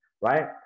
right